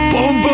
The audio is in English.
Boom